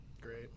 Great